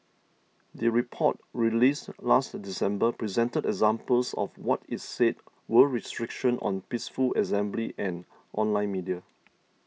the report released last December presented examples of what it said were restrictions on peaceful assembly and online media